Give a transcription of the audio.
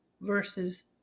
versus